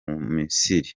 misiri